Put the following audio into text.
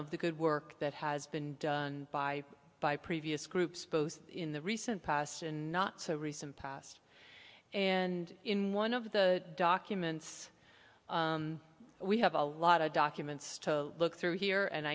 of the good work that has been done by by previous groups both in the recent past and not so recent past and in one of the documents we have a lot of documents to look through here and